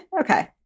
okay